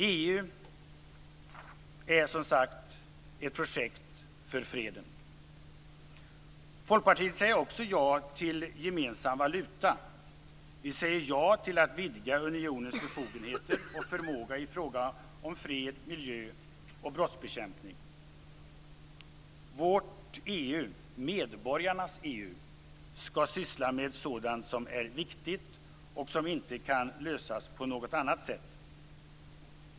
EU är, som sagt, ett projekt för freden. Folkpartiet säger också ja till gemensam valuta. Vi säger ja till att vidga unionens befogenheter och förmåga i fråga om fred, miljö och brottsbekämpning. Vårt EU - medborgarnas EU - skall syssla med sådant som är viktigt och som inte kan lösas på något annat sätt.